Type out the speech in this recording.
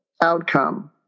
outcome